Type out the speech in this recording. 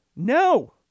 No